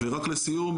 ורק לסיום,